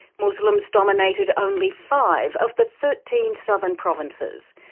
muslims dominated only five of the thirteen southern provinces.